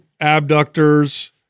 abductors